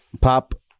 pop